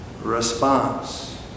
response